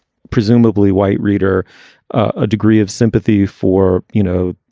presumably white reader a degree of sympathy for, you know,